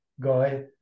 guy